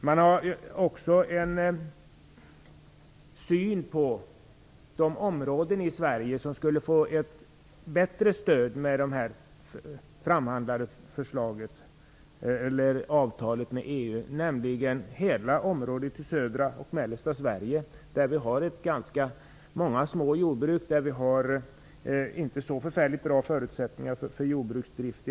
Jag vill också peka på den syn som redovisas på de delar av Sverige som skulle få ett bättre stöd genom det framförhandlade avtalet med EU, nämligen hela södra och mellersta Sverige, som har många små jordbruk men som inte i alla lägen har särskilt bra förutsättningar för jordbruksdrift.